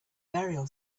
burial